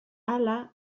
hala